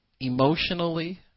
emotionally